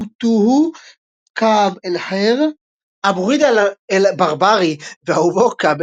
ومعشوقته كعب الخير - "אבו רידה אלברברי ואהובו כעב